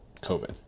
COVID